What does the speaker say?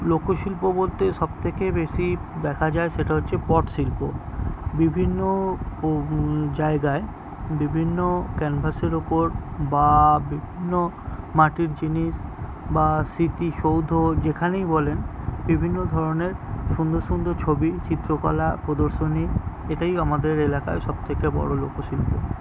লোকশিল্প বলতে সব থেকে বেশি দেখা যায় সেটা হচ্ছে পট শিল্প বিভিন্ন জায়গায় বিভিন্ন ক্যানভাসের উপর বা বিভিন্ন মাটির জিনিস বা স্মৃতিসৌধ যেখানেই বলেন বিভিন্ন ধরনের সুন্দর সুন্দর ছবি চিত্রকলা প্রদর্শনী এটাই আমাদের এলাকায় সব থেকে বড় লোকশিল্প